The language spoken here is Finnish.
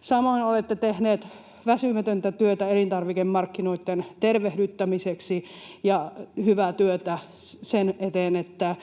Samoin olette tehnyt väsymätöntä työtä elintarvikemarkkinoitten tervehdyttämiseksi ja hyvää työtä sen eteen, että